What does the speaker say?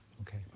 Okay